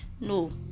No